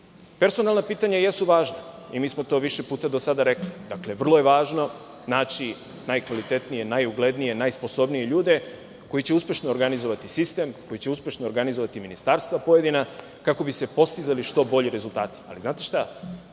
Personalna pitanja jesu važna i mi smo to više puta do sada rekli. Vrlo je važno naći najkvalitetnije, najuglednije, najsposobnije ljude koji će uspešno organizovati sistem, koji će uspešno organizovati pojedina ministarstva kako bi se postizali što bolji rezultati. Takođe